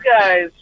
guys